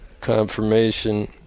confirmation